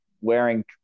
wearing